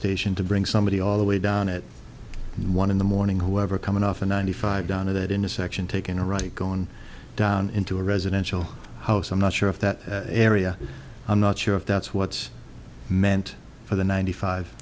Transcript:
station to bring somebody all the way down at one in the morning whoever coming off a ninety five down to that intersection taking a right going down into a residential house i'm not sure if that area i'm not sure if that's what's meant for the ninety